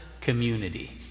community